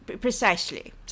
Precisely